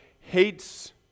hates